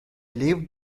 lived